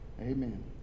Amen